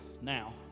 now